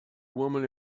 woman